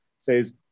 says